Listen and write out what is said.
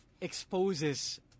exposes